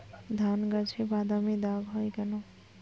ধানগাছে বাদামী দাগ হয় কেন?